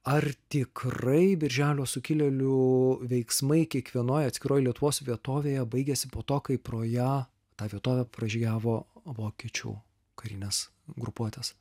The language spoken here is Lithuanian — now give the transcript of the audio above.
ar tikrai birželio sukilėlių veiksmai kiekvienoj atskiroj lietuvos vietovėje baigėsi po to kai pro ją tą vietovę pražygiavo vokiečių karinės grupuotės